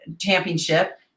championship